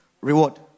reward